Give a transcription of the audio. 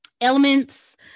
elements